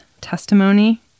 testimony